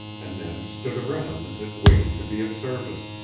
and then stood around as if waiting to be of service.